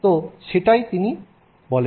তো তিনি সেটাই বলেন